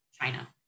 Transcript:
China